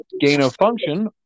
gain-of-function